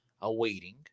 awaiting